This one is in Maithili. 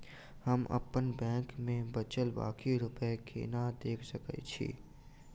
हम अप्पन बैंक मे बचल बाकी रुपया केना देख सकय छी?